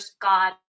God